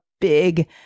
big